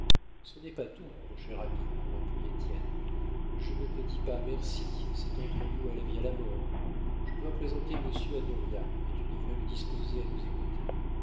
ce n'est pas tout mon cher ami reprit étienne je ne te dis pas merci c'est entre nous à la vie à la mort je dois présenter monsieur à dauriat et tu devrais le disposer à nous écouter